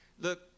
Look